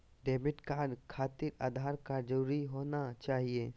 Debit card खातिर Aadhaar card जरूरी होना चाहिए?